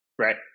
Right